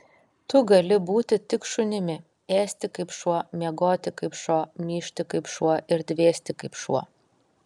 tu gali būti tik šunimi ėsti kaip šuo miegoti kaip šuo myžti kaip šuo ir dvėsti kaip šuo